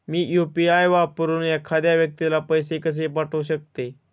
मी UPI वापरून एखाद्या व्यक्तीला पैसे कसे पाठवू शकते?